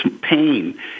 pain